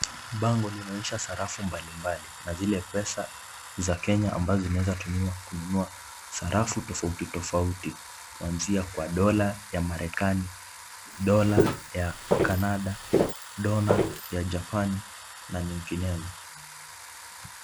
Bango linaonyesha sarafu mbalimbali na zile pesa za Kenya ambazo zinaweza tumiwa kununua sarafu tofauti tofauti kwanzia kwa dola ya marekani, dola ya Canada, dola ya Japani na nyinginelo.